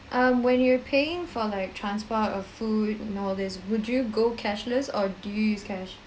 um when you're paying for like transport or food nowadays would you go cashless or do you use cash